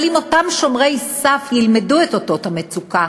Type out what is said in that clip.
אבל אם אותם שומרי סף ילמדו את אותות המצוקה